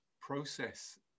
process